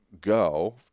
go